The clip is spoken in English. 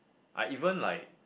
I even like